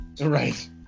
Right